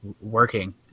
Working